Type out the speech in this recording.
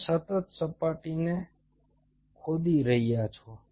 તમે સતત સપાટીને ખોદી રહ્યા છો